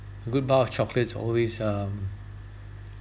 good bar of chocolates always um